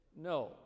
No